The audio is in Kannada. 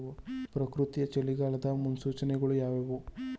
ಪ್ರಕೃತಿಯ ಚಳಿಗಾಲದ ಮುನ್ಸೂಚನೆಗಳು ಯಾವುವು?